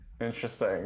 interesting